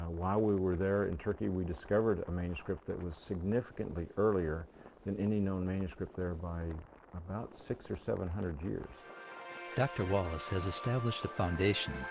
while we were there in turkey, we discovered a manuscript. that was significantly earlier than any known manuscript there. by about six or seven hundred years. mart dr. wallace has established a foundation.